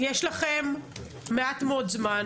יש לכם מעט מאוד זמן,